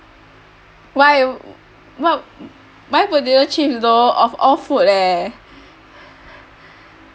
why what why potato chips though of all food leh